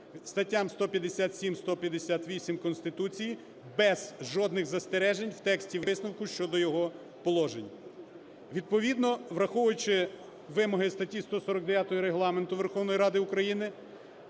статтям 157, 158 Конституції без жодних застережень у тексті висновку щодо його положень. Відповідно, враховуючи вимоги статті 149 Регламенту Верховної Ради України,